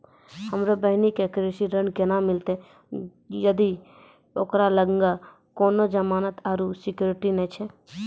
हमरो बहिनो के कृषि ऋण केना मिलतै जदि ओकरा लगां कोनो जमानत आरु सिक्योरिटी नै छै?